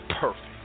perfect